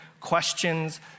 questions